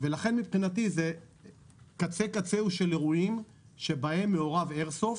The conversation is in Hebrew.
מבחינתי זה קצה קצהו של כלל האירועים שבהם מעורב איירסופט.